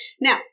now